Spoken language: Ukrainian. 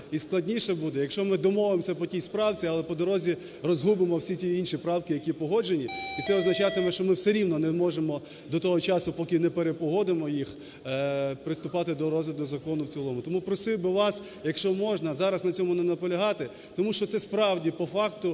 і складніше буде, якщо ми домовимось по тій правці, але по дорозі розгубимо всі ті інші правки, які погоджені. І це означатиме, що ми все рівно не можемо до того часу, поки неперепогодимо їх, приступати до розгляду закону в цілому. Тому просив би вас, якщо можна, зараз на цьому не наполягати, тому що це, справді, по факту,